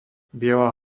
biela